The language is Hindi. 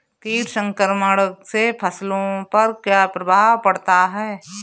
कीट संक्रमण से फसलों पर क्या प्रभाव पड़ता है?